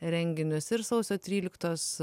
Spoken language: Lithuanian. renginius ir sausio tryliktos